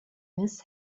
miss